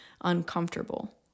uncomfortable